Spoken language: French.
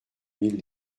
mille